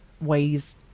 ways